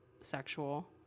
sexual